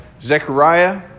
Zechariah